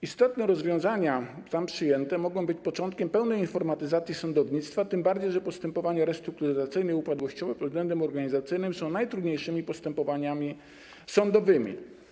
Istotne rozwiązania tam przyjęte mogą być początkiem pełnej informatyzacji sądownictwa, tym bardziej że postępowania restrukturyzacyjne i upadłościowe pod względem organizacyjnym są najtrudniejszymi postępowaniami sądowymi.